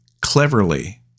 cleverly